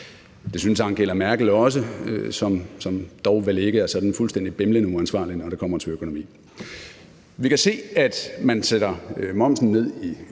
Det syntes Angela Merkel også, som dog vel ikke er sådan fuldstændig bimlende uansvarlig, når det kommer til økonomi. Vi kan se, at man sætter momsen ned i Tyskland.